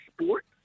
sport